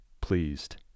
pleased